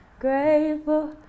Grateful